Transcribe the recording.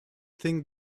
think